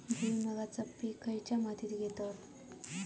भुईमुगाचा पीक खयच्या मातीत घेतत?